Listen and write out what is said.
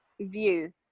view